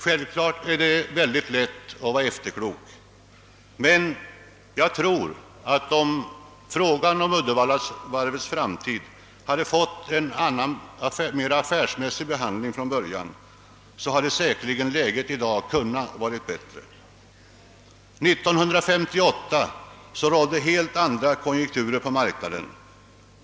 Självfallet är det lätt att vara efterklok, men jag tror att om frågan om Uddevallavarvets framtid hade fått en annan, mera affärsmässig behandling redan från början, hade läget säkerligen i dag varit bättre. år 1958 rådde helt andra konjunkturer på marknaden.